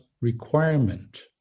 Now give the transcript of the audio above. requirement